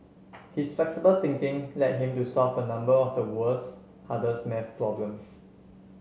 his flexible thinking led him to solve a number of the world's hardest math problems